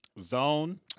Zone